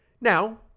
Now